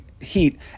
heat